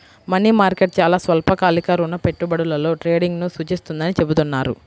money market చాలా స్వల్పకాలిక రుణ పెట్టుబడులలో ట్రేడింగ్ను సూచిస్తుందని చెబుతున్నారు